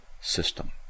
system